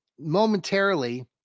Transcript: momentarily